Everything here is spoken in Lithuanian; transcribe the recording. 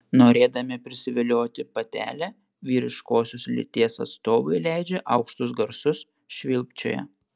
norėdami prisivilioti patelę vyriškosios lyties atstovai leidžia aukštus garsus švilpčioja